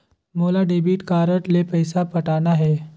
मोला debit card ले पइसा पटाना हे?